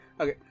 Okay